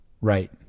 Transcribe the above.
Right